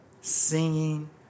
singing